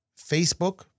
Facebook